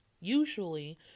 Usually